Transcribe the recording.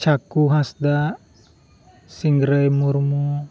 ᱪᱷᱟᱠᱩ ᱦᱟᱸᱥᱫᱟ ᱥᱤᱝᱨᱟᱹᱭ ᱢᱩᱨᱢᱩ